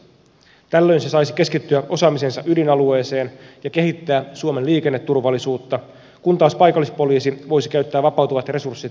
tällöin se saisi keskittyä osaamisensa ydinalueeseen ja kehittää suomen liikenneturvallisuutta kun taas paikallispoliisi voisi käyttää vapautuvat resurssit muihin tehtäviin